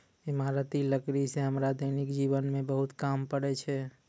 इमारती लकड़ी सें हमरा दैनिक जीवन म बहुत काम पड़ै छै